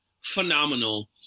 phenomenal